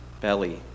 belly